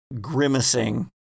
grimacing